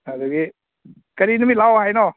ꯑꯗꯒꯤ ꯀꯔꯤ ꯅꯨꯃꯤꯠ ꯂꯥꯛꯑꯣ ꯍꯥꯏꯅꯣ